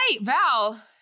Val